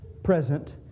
present